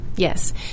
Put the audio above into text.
Yes